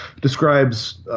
describes